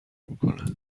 میکنه